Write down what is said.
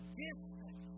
gifts